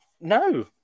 No